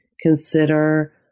consider